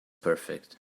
perfect